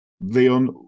Leon